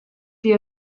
die